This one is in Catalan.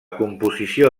composició